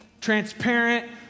transparent